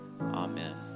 Amen